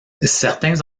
certains